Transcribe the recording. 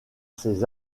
ses